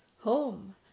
home